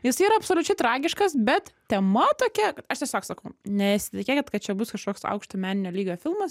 jis yra absoliučiai tragiškas bet tema tokia aš tiesiog sakau nesitikėkit kad čia bus kažkoks aukšto meninio lygio filmas